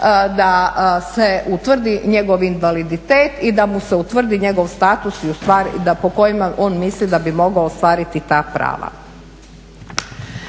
da se utvrdi njegov invaliditet i da mu se utvrdi njegov status po kojima on misli da bi mogao ostvariti ta prava.